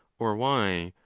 or why,